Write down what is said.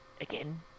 again